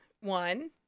one